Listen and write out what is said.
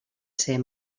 ser